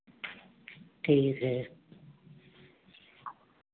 ठीक है